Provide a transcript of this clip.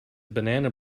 banana